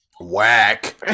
Whack